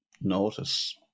notice